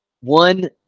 one